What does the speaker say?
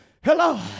hello